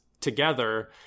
together